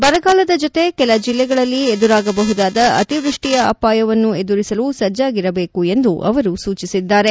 ಬರಗಾಲದ ಜತೆ ಕೆಲ ಜಿಲ್ಲೆಗಳಲ್ಲಿ ಎದುರಾಗಬಹುದಾದ ಅತಿವೃಷ್ಷಿಯ ಅಪಾಯವನ್ನೂ ಎದುರಿಸಲು ಸಜ್ಣಾಗಿರಬೇಕು ಎಂದು ಅವರು ಸೂಚಿಸಿದ್ದಾರೆ